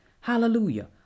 Hallelujah